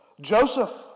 Joseph